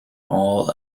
all